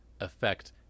affect